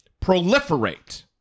proliferate